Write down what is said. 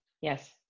Yes